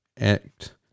act